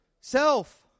self